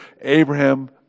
Abraham